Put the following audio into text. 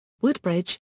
Woodbridge